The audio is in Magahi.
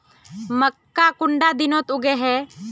मक्का कुंडा दिनोत उगैहे?